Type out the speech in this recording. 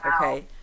Okay